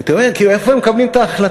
ואתה אומר: כאילו, איפה הם מקבלים את ההחלטות,